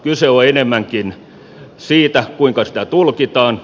kyse on enemmänkin siitä kuinka sitä tulkitaan